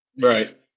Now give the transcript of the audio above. Right